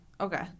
Okay